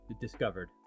discovered